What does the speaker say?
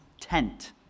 tent